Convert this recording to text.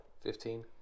Fifteen